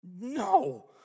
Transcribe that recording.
no